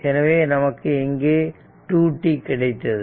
எனவே நமக்கு இங்கே 2 t கிடைத்தது